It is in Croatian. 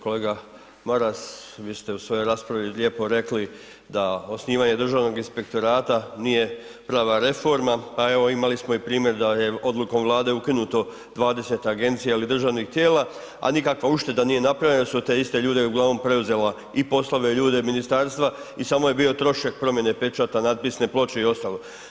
Kolega Maras, vi ste u svojoj raspravi lijepo rekli da osnivanjem Državnog inspektorata nije prava reforma a evo imali smo i primjer da je odlukom Vlade ukinuto 20 agencija ili državnih tijela a nikakva ušteda nije napravljena nego su te iste ljude uglavnom preuzela i poslove ljudi ministarstva i samo je bio trošak promjene pečata, natpisne ploče i ostalo.